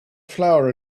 flower